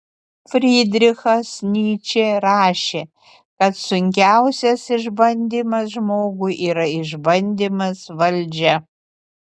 frydrichas nyčė rašė kad sunkiausias išbandymas žmogui yra išbandymas valdžia